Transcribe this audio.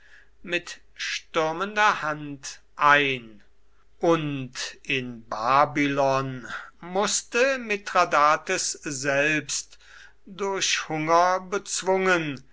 mit stürmender hand ein und in babylon wußte mithradates selbst durch hunger bezwungen